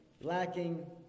lacking